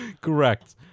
correct